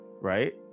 right